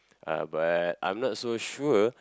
uh but I'm not so sure